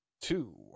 two